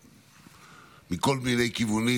מכל מיני כיוונים.